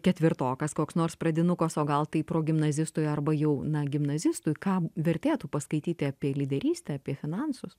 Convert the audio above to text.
ketvirtokas koks nors pradinukas o gal tai progimnazistui arba jau na gimnazistui ką vertėtų paskaityti apie lyderystę apie finansus